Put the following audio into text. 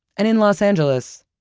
and in los angeles,